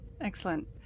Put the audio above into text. Excellent